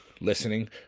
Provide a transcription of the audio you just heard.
listening